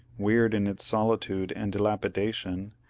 weird in its solitude and dilapidation,